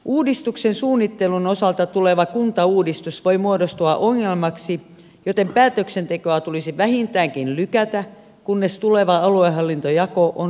uudistuksen suunnittelun osalta tuleva kuntauudistus voi muodostua ongelmaksi joten päätöksentekoa tulisi vähintäänkin lykätä kunnes tuleva aluehallintojako on selvillä